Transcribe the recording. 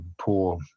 poor